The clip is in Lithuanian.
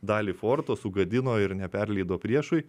dalį forto sugadino ir neperleido priešui